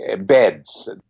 beds